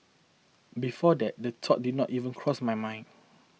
before that the thought did not even cross my mind